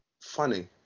funny